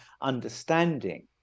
understanding